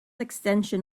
extension